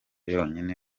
yonyine